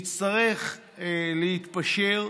נצטרך להתפשר.